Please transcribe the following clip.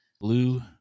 Blue